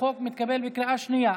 החוק התקבל בקריאה שנייה.